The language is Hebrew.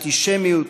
אנטישמיות,